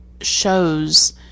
shows